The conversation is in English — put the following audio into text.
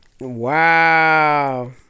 Wow